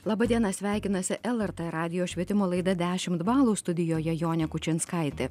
laba diena sveikinasi lrt radijo švietimo laida dešimt balų studijoje jonė kučinskaitė